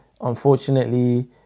unfortunately